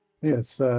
Yes